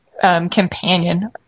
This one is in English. Companion